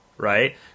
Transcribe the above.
Right